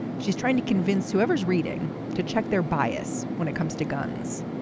she's trying to convince whoever's reading to check their bias when it comes to guns.